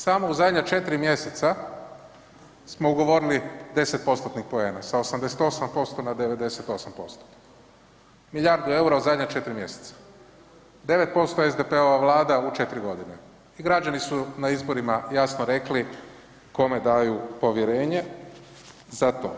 Samo u zadnja 4 mjeseca smo ugovorili 10%-tnih poena, sa 88% na 98%, milijardu EUR-a u zadnja 4 mjeseca, 9% SDP-ova vlada u 4.g. i građani su na izborima jasno rekli kome daju povjerenje za to.